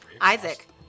Isaac